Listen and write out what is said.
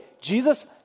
Jesus